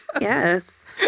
Yes